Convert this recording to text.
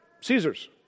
Caesar's